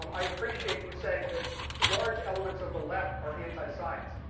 um i appreciate you saying that large elements of the left are anti science.